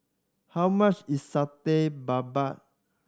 how much is Satay Babat